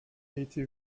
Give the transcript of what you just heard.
été